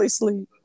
sleep